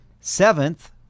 Seventh